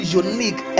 unique